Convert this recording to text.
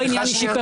לא עניין אישי.